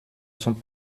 sont